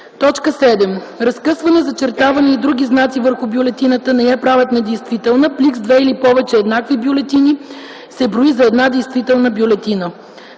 7. Разкъсване, зачертаване и други знаци върху бюлетината не я правят недействителна. Плик с две или повече еднакви бюлетини се брои за една действителна бюлетина.